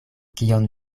kion